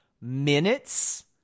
minutes